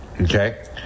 okay